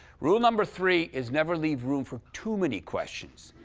rule number three is, never leave room for too many questions,